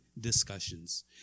discussions